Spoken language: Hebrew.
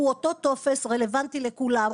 שהוא אותו טופס רלוונטי לכולם,